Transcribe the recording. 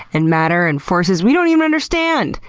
and matter, and forces we don't even understand!